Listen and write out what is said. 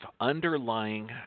underlying